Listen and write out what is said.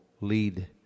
lead